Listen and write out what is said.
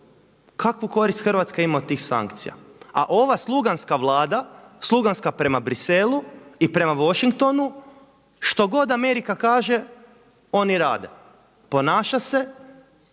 Kakvu koristi Hrvatska ima od tih sankcija? A ova sluganska vlada, sluganska prema Briselu i prema Washingtonu što god Amerika kaže oni rade. Ponaša se